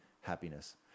happiness